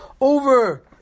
over